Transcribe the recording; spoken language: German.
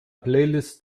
playlist